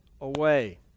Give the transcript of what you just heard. away